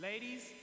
Ladies